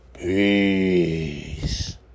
Peace